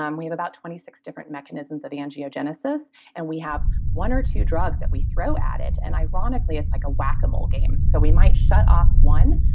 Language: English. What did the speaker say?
um we have about twenty six different mechanisms of angiogenesis and we have one or two drugs that we throw at it and ironically, it's like a whack-a-mole game, so we might shut off one,